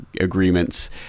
agreements